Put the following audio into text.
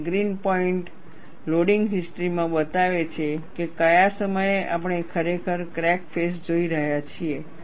અને green point loading history માં બતાવે છે કે કયા સમયે આપણે ખરેખર ક્રેક ફેસ જોઈ રહ્યા છીએ